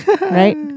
Right